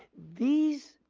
these